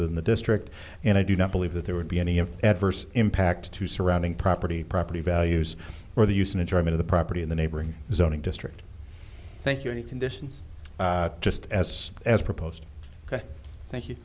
within the district and i do not believe that there would be any of adverse impact to surrounding property property values or the use an enjoyment of the property in the neighboring zoning district thank you conditions just as as proposed ok thank you